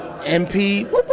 MP